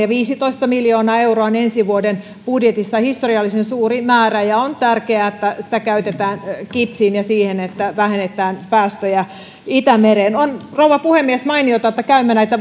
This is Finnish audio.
viisitoista miljoonaa euroa on ensi vuoden budjetista historiallisen suuri määrä ja on tärkeää että sitä käytetään kipsiin ja siihen että vähennetään päästöjä itämereen on rouva puhemies mainiota että käymme läpi näitä